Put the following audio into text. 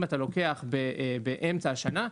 אם אתה לוקח באמצע השנה,